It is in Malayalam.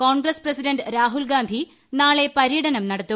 കോൺഗ്രസ് പ്രസിഡന്റ് രാഹുൽ ഗാന്ധി നാളെ പര്യടനം നടത്തും